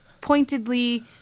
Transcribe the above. pointedly